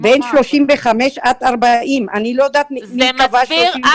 בין 35 עד 40. אני לא יודעת מי קבע 37, לא אנחנו.